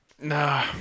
No